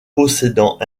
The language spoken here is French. possédant